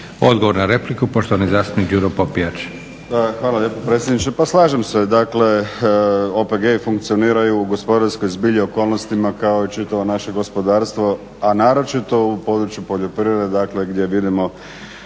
Odgovor na repliku poštovani zastupnik Đuro Popijač.